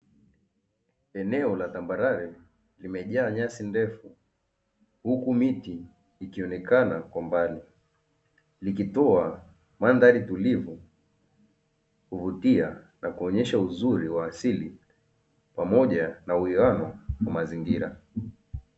Eneo la tambarare limejaa nyasi ndefu huku miti ikionekana kwa mbali, likitoa mandhari tulivu, kuvutia na kuonyesha uzuri wa asili pamoja na uiano wa mazingira.